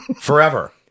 forever